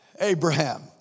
Abraham